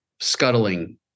scuttling